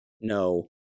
No